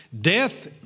Death